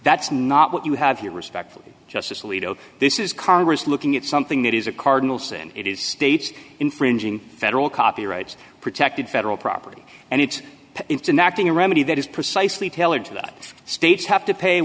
that's not what you have you are respectful justice alito this is congress looking at something that is a cardinal sin it is states infringing federal copyright protected federal property and it's enact in a remedy that is precisely tailored to that states have to pay